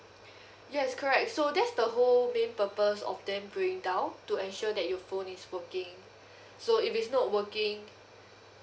yes correct so that's the whole main purpose of them bring down to ensure that your phone is working so if it's not working